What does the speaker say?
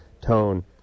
tone